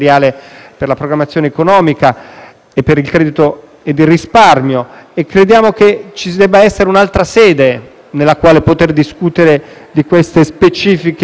per il credito ed il risparmio e crediamo che ci debba essere un'altra sede nella quale poter discutere di queste specifiche ed importanti norme.